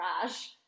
trash